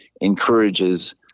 encourages